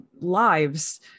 lives